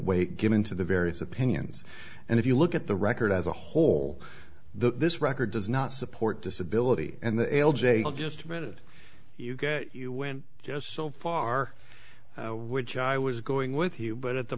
weight given to the various opinions and if you look at the record as a whole this record does not support disability and the l j l just a minute you get you when just so far which i was going with you but at the